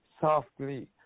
softly